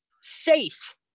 safe